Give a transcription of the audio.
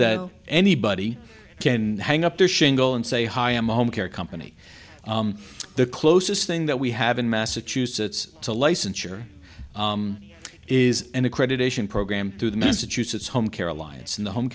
that anybody can hang up their shingle and say hi i'm a home care company the closest thing that we have in massachusetts to licensure is an accreditation program through the massachusetts home care alliance and the home